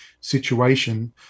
situation